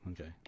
okay